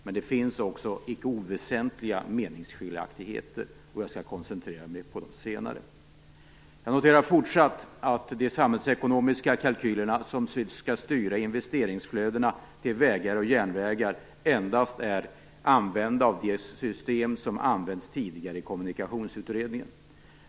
Men det finns också icke oväsentliga meningskiljaktigheter, och jag skall koncentrera mig på de senare. Jag noterar fortsatt att man vid de samhällsekonomiska kalkyler som skall styra investeringsflödena till vägar och järnvägar endast använt de system som tidigare använts i kommunikationsutredningen.